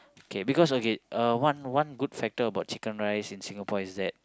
K because okay uh one good factor about chicken-rice in Singapore is that